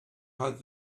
had